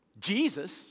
Jesus